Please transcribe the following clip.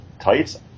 tights